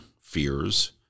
fears